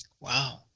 Wow